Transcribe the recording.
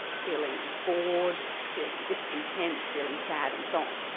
feeling bored, feeling discontent, feeling sad and so on.